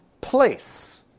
place